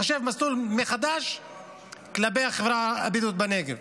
לחשב מסלול מחדש כלפי החברה הבדואית בנגב.